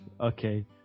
okay